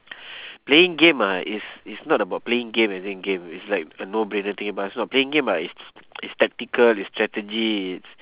playing game ah is is not about playing game losing game it's like a no-brainer thing but it's not playing game ah is is tactical is strategy it's